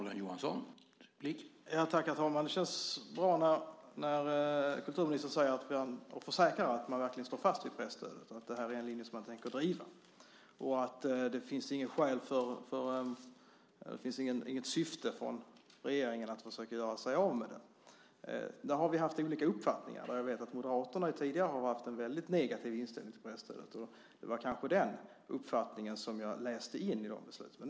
Herr talman! Det känns bra när kulturministern försäkrar att man verkligen står fast vid presstödet och att det är en linje man tänker driva. Det finns inget syfte från regeringens sida att göra sig av med presstödet. Där har vi haft olika uppfattningar. Jag vet att Moderaterna tidigare har haft en negativ inställning till presstödet. Det var kanske den uppfattningen som jag läste in i besluten.